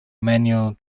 manual